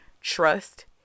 trust